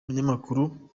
umunyamakuru